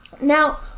Now